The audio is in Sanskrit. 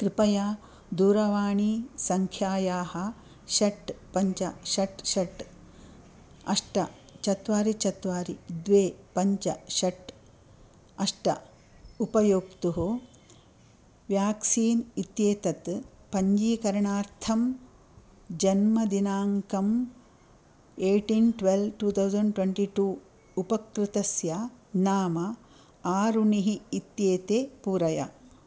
कृपया दूरवाणीसंख्यायाः षट् पञ्च षट् षट् अष्ट चत्चारि चत्वारि द्वे पञ्च षट् अष्ट उपयोक्तुः व्याक्सीन् इत्येतत् पञ्जीकरणार्थं जन्मदिनाङ्कम् eighteen twelve two thousand twenty two उपकृतस्य नाम आरुणिः इत्येते पूरय